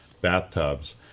bathtubs